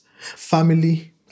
family